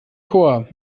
chor